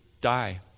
die